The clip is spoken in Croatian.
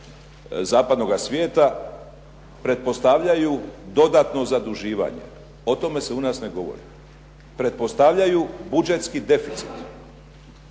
zapadnoga svijeta pretpostavljaju dodatno zaduživanje. O tome se u nas ne govori. Pretpostavljaju budžetski deficit.